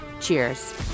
Cheers